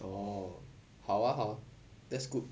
oh 好 ah 好 that's good